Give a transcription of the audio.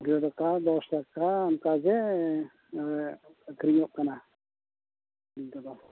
ᱠᱩᱲᱭᱟᱹ ᱴᱟᱠᱟ ᱫᱚᱥ ᱴᱟᱠᱟ ᱚᱱᱠᱟ ᱜᱮ ᱟᱹᱠᱷᱟᱨᱤᱧᱚᱜ ᱠᱟᱱᱟ ᱤᱱᱠᱟᱹ ᱫᱚ